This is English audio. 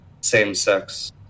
same-sex